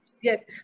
Yes